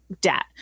debt